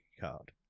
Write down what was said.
card